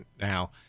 now